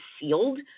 sealed